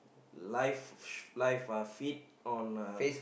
live live uh feed on uh